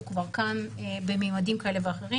הוא כבר כאן בממדים כאלה ואחרים.